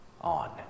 on